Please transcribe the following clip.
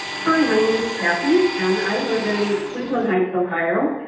hi, my name is kathy and i live in cleveland heights, ohio.